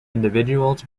individuals